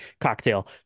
cocktail